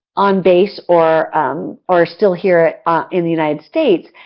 on base or are still here in the united states,